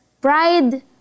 Pride